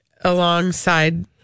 alongside